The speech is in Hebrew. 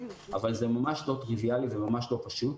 אבל זה ממש לא טריוויאלי וממש לא פשוט,